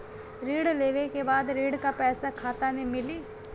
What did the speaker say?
ऋण लेवे के बाद ऋण का पैसा खाता में मिली?